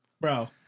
Bro